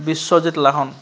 Biswajit Lahon